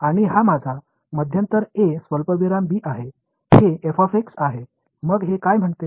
आणि हा माझा मध्यांतर a स्वल्पविराम b आहे हे आहे मग हे काय म्हणते